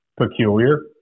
peculiar